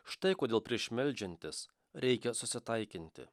štai kodėl prieš meldžiantis reikia susitaikinti